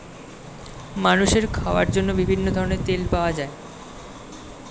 মানুষের খাওয়ার জন্য বিভিন্ন ধরনের তেল পাওয়া যায়